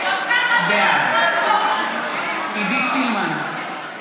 בעד עידית סילמן,